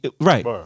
Right